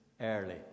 early